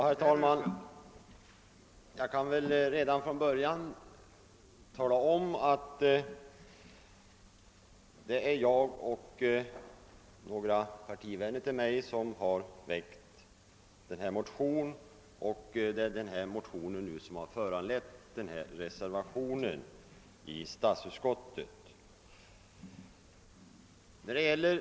Herr talman! Jag vill redan från början tala om, att det är jag och några av mina partivänner som har väckt det motionspar som har föranlett reservationen 1 vid statsutskottets utlåtande nr 63.